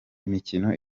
imikino